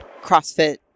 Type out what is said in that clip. CrossFit